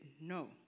no